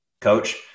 coach